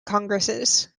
congresses